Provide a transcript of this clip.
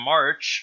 March